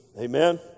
Amen